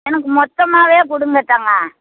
எனக்கு மொத்தமாகவே கொடுங்க தங்கம்